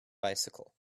bicycle